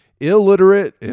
Illiterate